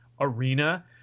arena